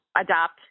adopt